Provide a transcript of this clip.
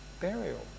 burial